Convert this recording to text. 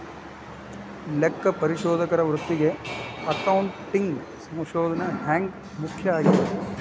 ಲೆಕ್ಕಪರಿಶೋಧಕರ ವೃತ್ತಿಗೆ ಅಕೌಂಟಿಂಗ್ ಸಂಶೋಧನ ಹ್ಯಾಂಗ್ ಮುಖ್ಯ ಆಗೇದ?